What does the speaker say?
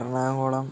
Ernakulam